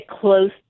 close